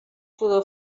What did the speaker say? pudor